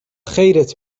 خیرت